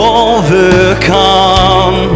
overcome